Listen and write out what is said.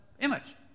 image